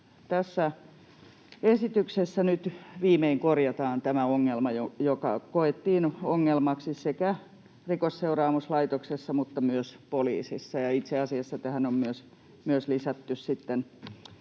Tässä esityksessä nyt viimein korjataan tämä ongelma, joka koettiin ongelmaksi sekä Rikosseuraamuslaitoksessa mutta myös poliisissa, ja itse asiassa tähän on myös lisätty